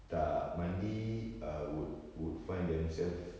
tak mandi err would would find themselves